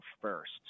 first